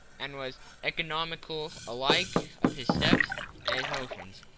and was economical alike of his steps and his motions.